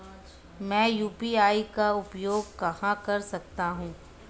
मैं यू.पी.आई का उपयोग कहां कर सकता हूं?